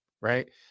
right